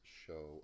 show